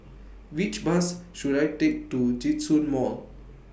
Which Bus should I Take to Djitsun Mall